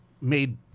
made